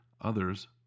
others